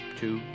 two